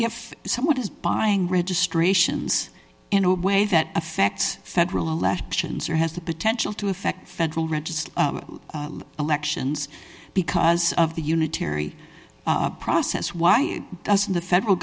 if someone is buying registrations in a way that affects federal elections or has the potential to affect federal register elections because of the unitary process why doesn't the federal